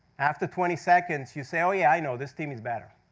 after twenty seconds you say, oh yeah, i know this team is better.